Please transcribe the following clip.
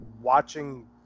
watching